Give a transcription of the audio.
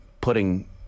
putting